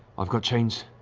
i've got chains,